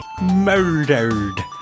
Murdered